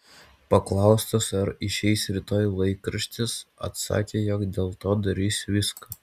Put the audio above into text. paklaustas ar išeis rytoj laikraštis atsakė jog dėl to darys viską